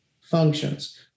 functions